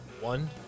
one